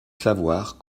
savoir